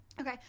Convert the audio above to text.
Okay